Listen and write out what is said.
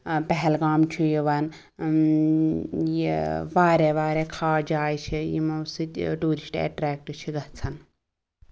آ پَہلگام چھُ یِوان یہِ واریاہ واریاہ خاص جایہِ چھےٚ یِمَو سۭتۍ ٹیٛوٗرِسٹ ایٹریکٹ چھُ گژھان